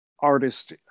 artist